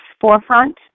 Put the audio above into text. forefront